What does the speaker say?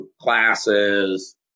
classes